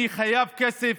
אני חייב כסף,